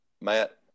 Matt